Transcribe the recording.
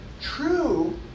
true